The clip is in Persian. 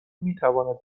میتواند